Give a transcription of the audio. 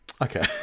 Okay